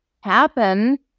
happen